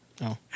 no